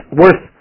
worth